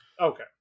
okay